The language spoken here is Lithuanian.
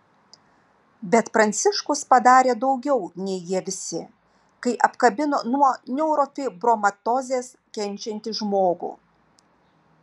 bet pranciškus padarė daugiau nei jie visi kai apkabino nuo neurofibromatozės kenčiantį žmogų